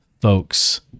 folks